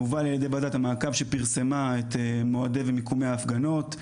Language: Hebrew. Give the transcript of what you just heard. הובל על ידי ועדת המעקב שפרסמה את מועדי ומיקומי ההפגנות,